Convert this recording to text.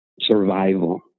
survival